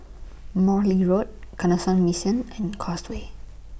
Morley Road Canossian Mission and Causeway